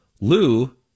Lou